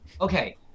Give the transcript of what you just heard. Okay